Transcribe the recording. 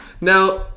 now